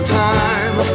time